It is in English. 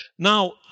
Now